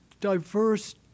diverse